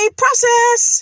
process